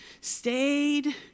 stayed